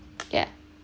yeah